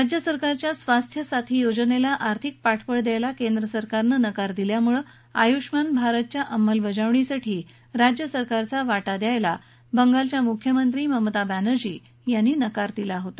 राज्यसरकारच्या स्वास्थ्य साथी योजनेला आर्थिक पाठबळ द्यायला केंद्रसरकारनं नकार दिल्यामुळे आयुष्मान भारतच्या अंमलबजावणीसाठी राज्य सरकारचा वाटा द्यायला बंगालच्या मुख्यमंत्री ममता बॅनर्जी यांनी नकार दिला होता